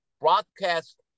broadcast